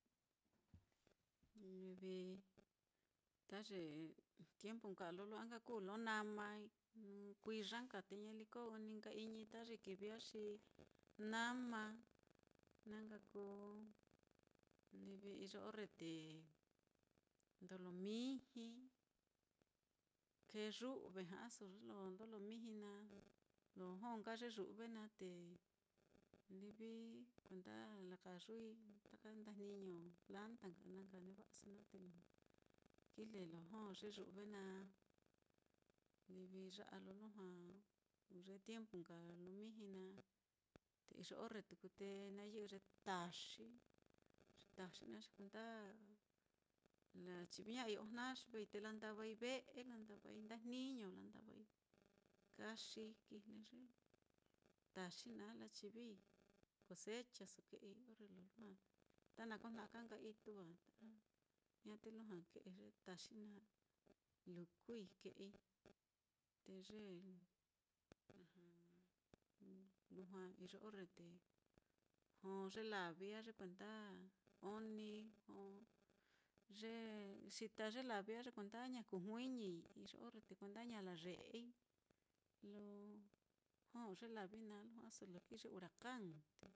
Livi ta ye tiempu nka á, lo lu'wa kuu lo namai, nɨ kuiya nka á, te ñaliko ɨ́ɨ́n ní nka iñi ta ye kivi á, xi nama, na nka kuu iyo orre te ndolo miji, kee yu've ja'aso ye lo ndolo miji naá, lo jó nka ye yu've naá, te livi kuenda lakayui taka ndajniño planta nka na nka neva'aso naá, te lujua kijle lo jó ye yu've naá. livi ya'a lo lujua iyo tiempu nka lo miji naáte iyo orre tuku te na yɨ'ɨ ye taxi, ye taxi naá xi kuenda lachiviña'ai ojna, xi vei te landavai ve'e, landavai ndajniño landavai, kaxii kijlei ye taxi naá, lachivii cosechaso ke'ei lujua ta nakojna ka nka ituu á, te lujua ke'e ye taxi na lukui ke'ei, te ye lujua iyo orre te jó ye lavi á, ye kuenda oni jó ye xita ye lavi á, ye kuenda ña kujuiñii iyo orre te kuenda ña laye'ei lo jó ye lavi naá, lo ja'aso lo kii ye huracan.